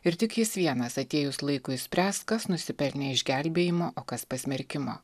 ir tik jis vienas atėjus laikui spręs kas nusipelnė išgelbėjimo o kas pasmerkimo